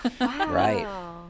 Right